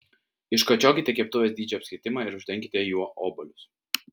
iškočiokite keptuvės dydžio apskritimą ir uždenkite juo obuolius